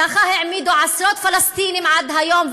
ככה העמידו עשרות פלסטינים עד היום,